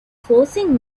forcing